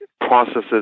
processes